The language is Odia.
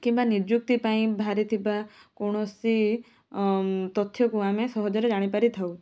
କିମ୍ବା ନିଯୁକ୍ତି ପାଇଁ ବାହାରିଥିବା କୌଣସି ତଥ୍ୟକୁ ଆମେ ସହଜରେ ଜାଣିପାରିଥାଉ